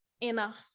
enough